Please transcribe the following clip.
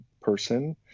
person